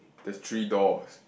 the three doors